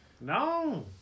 No